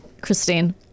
Christine